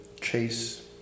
Chase